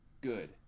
good